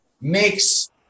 makes